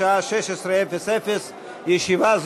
בשעה 16:00.